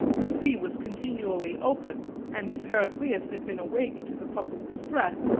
the sea was continually open and if heraclius had been awake to the public distress,